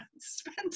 spend